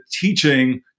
teaching